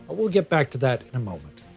we'll get back to that in a moment.